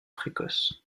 précoce